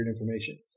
information